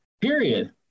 period